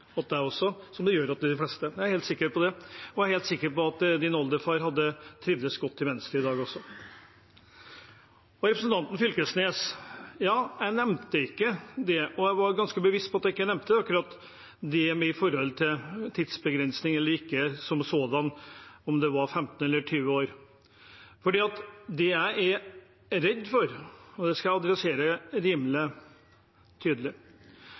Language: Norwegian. godt genetisk materiale også hos ham, som det gjør hos de fleste. Og jeg er helt sikker på at hans oldefar hadde trivdes godt i Venstre i dag også. Så til representanten Knag Fylkesnes: Jeg nevnte ikke – og jeg var ganske bevisst på at jeg ikke nevnte – akkurat det med tidsbegrensning som sådan eller ikke, om det var 15 eller 20 år. Det jeg er redd for, er – og det skal jeg adressere rimelig tydelig: